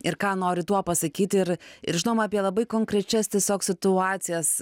ir ką nori tuo pasakyti ir ir žinoma apie labai konkrečias tiesiog situacijas